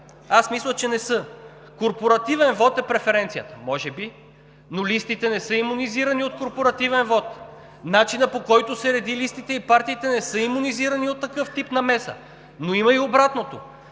Аз мисля, че не са. Корпоративен вот е преференцията. Може би, но листите не са имунизирани от корпоративен вот. Начинът, по който се редят листите, и партиите не са имунизирани от такъв тип намеса. Но има и обратното.